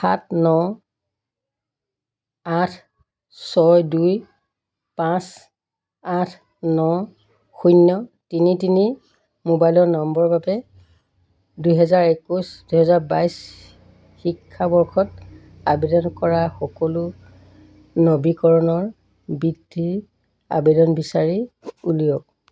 সাত ন আঠ ছয় দুই পাঁচ আঠ ন শূন্য তিনি তিনি মোবাইলৰ নম্বৰৰ বাবে দুহেজাৰ একৈছ দুহেজাৰ বাইছ শিক্ষাবৰ্ষত আবেদন কৰা সকলো নবীকৰণৰ বৃত্তিৰ আবেদন বিচাৰি উলিয়াওক